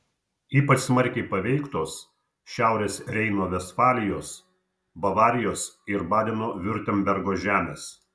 ypač smarkiai paveiktos šiaurės reino vestfalijos bavarijos ir badeno viurtembergo žemės